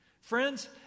Friends